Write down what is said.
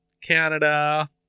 Canada